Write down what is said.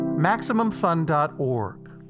MaximumFun.org